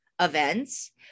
events